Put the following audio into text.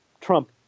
Trump